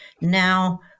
Now